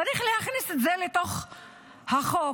צריך להכניס את זה לתוך החוק,